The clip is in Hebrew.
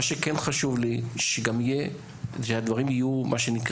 מה שכן חשוב לי זה שהדברים גם יהיו מפורטים,